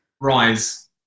Rise